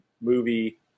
movie